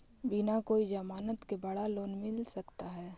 बिना कोई जमानत के बड़ा लोन मिल सकता है?